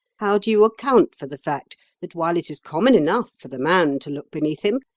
how do you account for the fact that while it is common enough for the man to look beneath him,